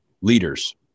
leaders